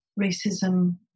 racism